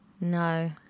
no